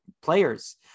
players